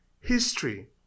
history